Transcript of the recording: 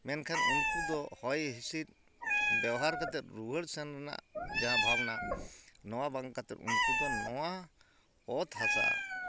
ᱢᱮᱱᱠᱷᱟᱱ ᱩᱱᱠᱩ ᱫᱚ ᱦᱚᱭᱼᱦᱤᱸᱥᱤᱫ ᱵᱮᱣᱦᱟᱨ ᱠᱟᱛᱮᱫ ᱨᱩᱣᱟᱹᱲ ᱥᱮᱱ ᱨᱮᱱᱟᱜ ᱡᱟᱦᱟᱸ ᱵᱷᱟᱵᱽᱱᱟ ᱱᱚᱣᱟ ᱵᱟᱝ ᱠᱟᱛᱮᱫ ᱩᱱᱠᱩ ᱫᱚ ᱱᱚᱣᱟ ᱚᱛ ᱦᱟᱥᱟ